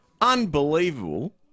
unbelievable